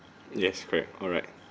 yes correct alright